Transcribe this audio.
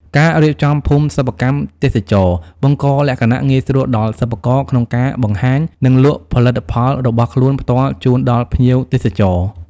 ការរៀបចំភូមិសិប្បកម្មទេសចរណ៍ បង្កលក្ខណៈងាយស្រួលដល់សិប្បករក្នុងការបង្ហាញ និងលក់ផលិតផលរបស់ខ្លួនផ្ទាល់ជូនដល់ភ្ញៀវទេសចរ។